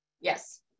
Yes